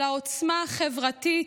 על העוצמה החברתית.